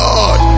God